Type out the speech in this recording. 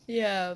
ya